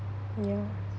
ya